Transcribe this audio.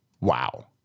Wow